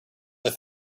they